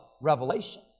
Revelation